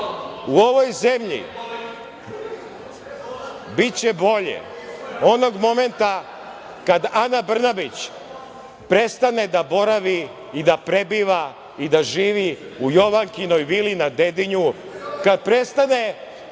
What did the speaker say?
u ovoj zemlji biće bolje onog momenta kada Ana Brnabić prestane da boravi i da prebiva i da živi u Jovankinoj vili na Dedinju,